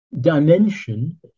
dimension